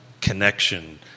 connection